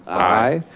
aye.